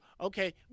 Okay